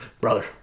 Brother